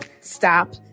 stop